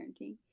parenting